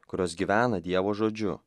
kurios gyvena dievo žodžiu